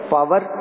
Power